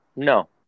No